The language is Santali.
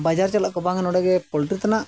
ᱵᱟᱡᱟᱨ ᱪᱟᱞᱟᱜ ᱠᱚ ᱵᱟᱝᱟ ᱱᱚᱰᱮ ᱜᱮ ᱯᱚᱞᱴᱨᱤ ᱛᱟᱱᱟᱜ